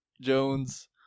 Jones